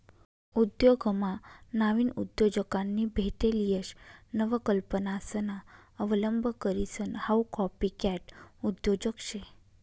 उद्योगमा नाविन उद्योजकांनी भेटेल यश नवकल्पनासना अवलंब करीसन हाऊ कॉपीकॅट उद्योजक शे